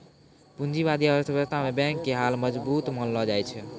पूंजीबादी अर्थव्यवस्था मे बैंक के हाल मजबूत मानलो जाय छै